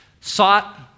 sought